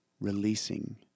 releasing